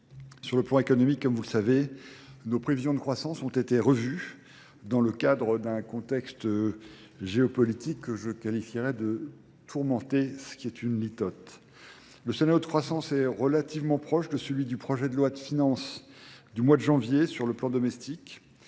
Sur le point économique, comme vous le savez, nos prévisions de croissance ont été revues dans le cadre d'un contexte géopolitique que je qualifierais de tourmenté, ce qui est une litote. Le sénat de croissance est relativement proche que celui du projet de loi de finances du mois de janvier sur le plan domestique.